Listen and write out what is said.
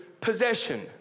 possession